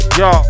yo